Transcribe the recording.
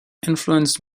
influenced